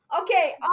Okay